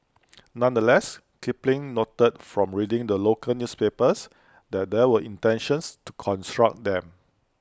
nonetheless Kipling noted from reading the local newspapers that there were intentions to construct them